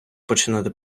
починати